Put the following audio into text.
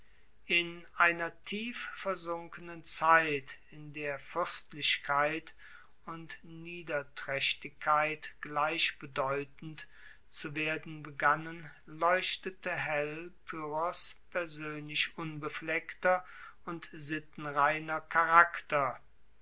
in einer tief versunkenen zeit in der fuerstlichkeit und niedertraechtigkeit gleichbedeutend zu werden begannen leuchtete hell pyrrhos persoenlich unbefleckter und sittenreiner charakter